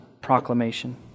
proclamation